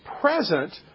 present